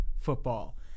football